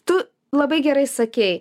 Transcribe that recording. tu labai gerai sakei